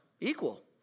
equal